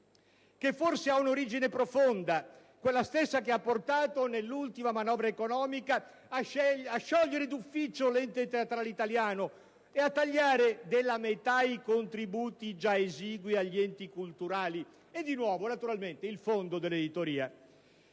che forse ha un'origine profonda: quella stessa che ha portato nell'ultima manovra economica a sciogliere d'ufficio l'Ente teatrale italiano e a tagliare della metà i contributi già esigui agli enti culturali e, di nuovo, il Fondo per l'editoria.